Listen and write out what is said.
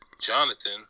Jonathan